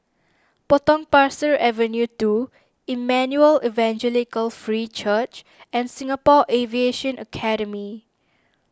Potong Pasir Avenue two Emmanuel Evangelical Free Church and Singapore Aviation Academy